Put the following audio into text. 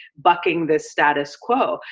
bucking this status quo.